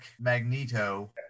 Magneto